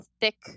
thick